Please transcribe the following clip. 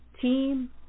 team